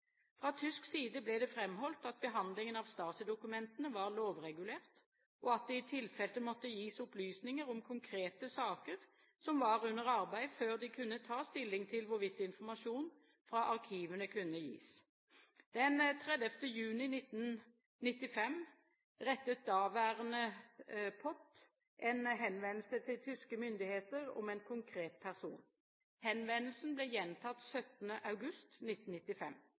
Fra tysk side ble det framholdt at behandlingen av Stasi-dokumentene var lovregulert, og at det i tilfelle måtte gis opplysninger om konkrete saker som var under arbeid, før de kunne ta stilling til hvorvidt informasjonen fra arkivene kunne gis. Den 30. juni 1995 rettet daværende POT en henvendelse til tyske myndigheter om en konkret person. Henvendelsen ble gjentatt 17. august 1995.